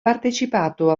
partecipato